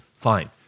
fine